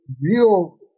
real